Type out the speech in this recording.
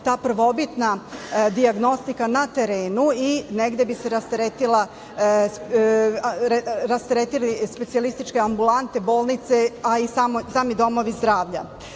ta prvobitna dijagnostika na terenu i negde bi se rasteretile specijalističke ambulante, bolnice, a i sami domovi zdravlja.